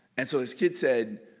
and so this kid said,